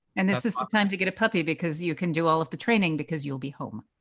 and this is the time to get a puppy, because you can do all of the training because you'll be home.